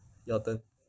your turn